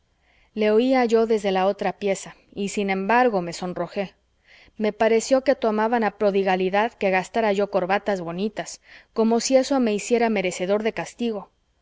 le oía yo desde la otra pieza y sin embargo me sonrojé me pareció que tomaban a prodigalidad que gastara yo corbatas bonitas como si eso me hiciera merecedor de castigo